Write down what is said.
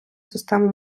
систему